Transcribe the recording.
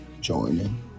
joining